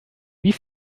wie